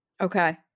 Okay